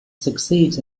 succeeds